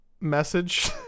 message